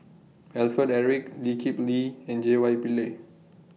Alfred Eric Lee Kip Lee and J Y Pillay